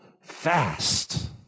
fast